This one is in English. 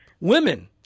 Women